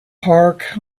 park